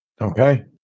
Okay